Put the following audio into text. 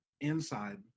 inside